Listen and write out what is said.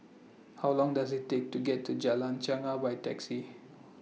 How Long Does IT Take to get to Jalan Chegar By Taxi